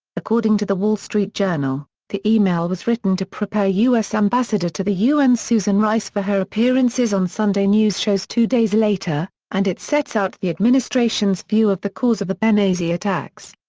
according to the wall street journal, the email was written to prepare u s. ambassador to the u n. susan rice for her appearances on sunday news shows two days later, and it sets out the administration's view of the cause of the benghazi attacks.